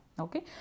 Okay